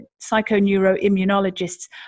psychoneuroimmunologists